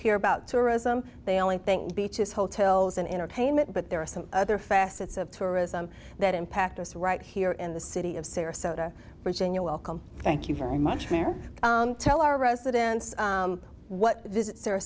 hear about tourism they only think beaches hotels and entertainment but there are some other facets of tourism that impact us right here in the city of sarasota virginia welcome thank you very much there tell our residents what th